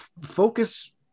focus